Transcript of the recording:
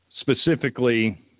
Specifically